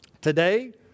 Today